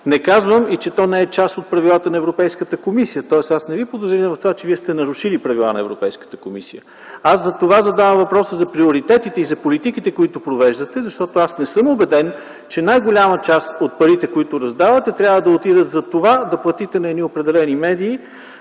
не казвам и, че то не е част от правилата на Европейската комисия, тоест аз не ви подозирам в това, че вие сте нарушили правила на Европейската комисия. Аз затова задавам въпроса за приоритетите и за политиките, които провеждате, защото аз не съм убеден, че най-голяма част от парите, които раздавате, трябва да отиват за това да платите на едни определени медии.